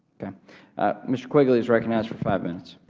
yeah ah mr. quigley is recognized for five minutes.